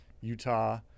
Utah